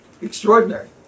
Extraordinary